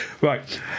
Right